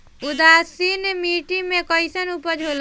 उदासीन मिट्टी में कईसन उपज होला?